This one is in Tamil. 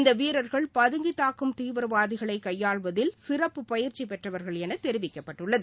இந்த வீரர்கள் பதுங்கித் தாக்கும் தீவிரவாதிகளை கையாள்வதில் சிறப்புப் பயிற்சி பெற்றவர்கள் என தெரிவிக்கப்பட்டுள்ளது